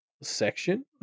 section